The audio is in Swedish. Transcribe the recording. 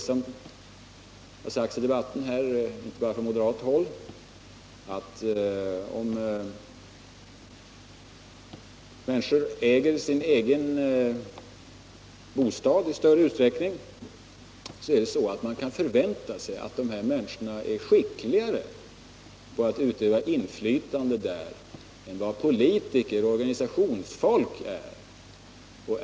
Som det sagts i debatten här — inte bara från moderat håll — kan man förvänta sig att de människor som äger sin bostad är skickligare när det gäller att öva inflytande där än vad politiker och organisationsfolk är.